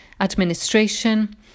administration